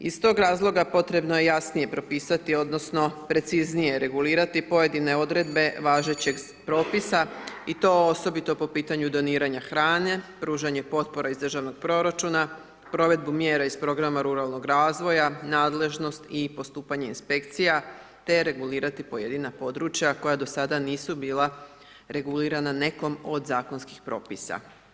Iz toga razloga potrebno je jasnije propisati odnosno preciznije regulirati pojedine odredbe važećeg propisa i to osobito po pitanju doniranja hrane, pružanje potpora iz državnog proračuna, provedbu mjera iz programa ruralnog razvoja, nadležnost i postupanje Inspekcija, te regulirati pojedina područja koja do sada nisu bila regulirana nekom od zakonskih propisa.